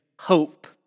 hope